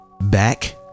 back